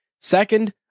Second